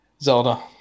zelda